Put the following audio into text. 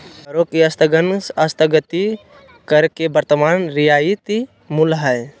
करों के स्थगन स्थगित कर के वर्तमान रियायती मूल्य हइ